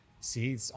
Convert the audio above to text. See